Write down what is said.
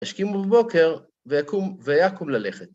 השכימו בבוקר, ויקום... ויקום ללכת.